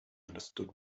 understood